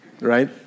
Right